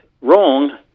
wrong